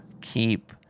keep